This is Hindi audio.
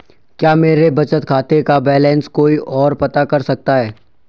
क्या मेरे बचत खाते का बैलेंस कोई ओर पता कर सकता है?